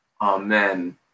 Amen